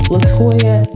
Latoya